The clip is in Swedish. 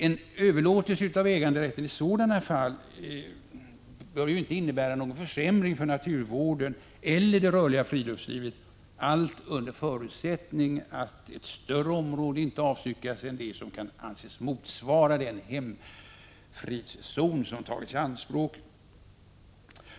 En överlåtelse av äganderätten bör inte innebära någon försämring för naturvården eller det rörliga friluftslivet, allt under förutsättning att ett större område inte avstyckas än vad som kan anses motsvara den hemfridszon som tagits i anspråk.